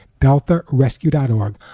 deltarescue.org